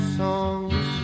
songs